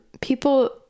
people